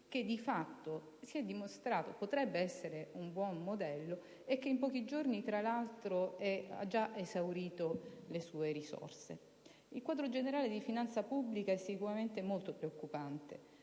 che si è dimostrato poter essere un buon modello e che in pochi giorni, tra l'altro, ha già esaurito le sue risorse. Il quadro generale di finanza pubblica è sicuramente molto preoccupante: